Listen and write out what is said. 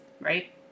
right